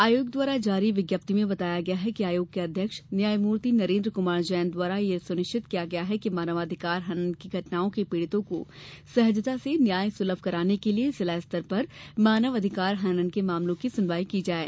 आयोग द्वारा जारी विज्ञप्ति में बताया गया है कि आयोग के अध्यक्ष न्यायमूर्ति नरेन्द्र कमार जैन द्वारा यह सुनिश्चित किया गया है कि मानवाधिकार हनन की घटनाओं के पीड़ितों को सहजता से न्याय सुलभ कराने के लिए जिलास्तर पर मानव अधिकार हनन के मामलों की सुनवाई की जाये